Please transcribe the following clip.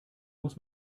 muss